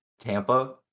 Tampa